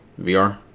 VR